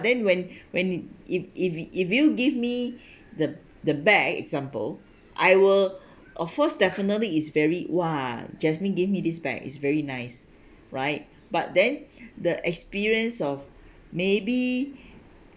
then when when if if if you give me the the bag example I will of course definitely is very !wah! jasmine give me this bag is very nice right but then the experience of maybe